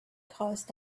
caused